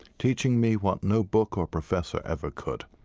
teaching me what no book or professor ever could